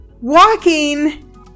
walking